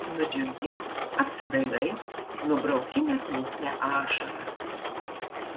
nudžiungi apsidairai nubrauki neklusnią ašarą